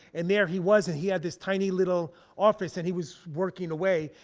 and there he was, and he had this tiny little office and he was working away.